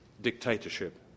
dictatorship